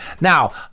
Now